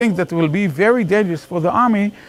things that will be very dangerous for the army